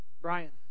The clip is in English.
brian